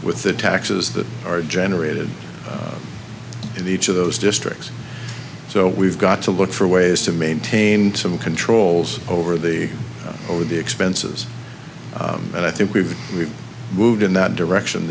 with the taxes that are generated in each of those districts so we've got to look for ways to maintain some controls over the over the expenses and i think we've moved in that direction